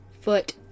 foot